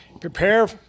Prepare